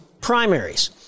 primaries